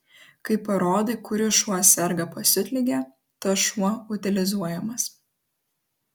kai parodai kuris šuo serga pasiutlige tas šuo utilizuojamas